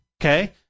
Okay